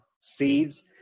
seeds